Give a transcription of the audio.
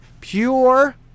Pure